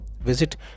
Visit